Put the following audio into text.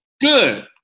Good